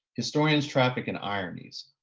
historians, trafficked in ironies,